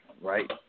right